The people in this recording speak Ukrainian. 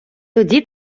тоді